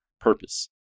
purpose